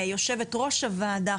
יושבת-ראש הוועדה,